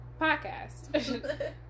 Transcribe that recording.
podcast